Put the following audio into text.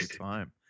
time